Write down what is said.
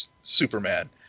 Superman